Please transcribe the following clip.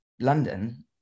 London